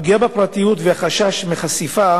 הפגיעה בפרטיות והחשש מחשיפה